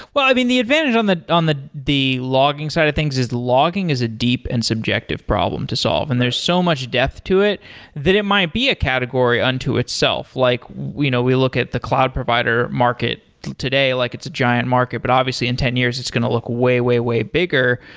well, i mean the advantage on the on the logging side of things is logging is a deep and subjective problem to solve, and there's so much depth to it that it might be a category unto itself. like we you know we look at the cloud provider market today, like it's a giant market, but obviously in ten years it's going to look way, way, way bigger.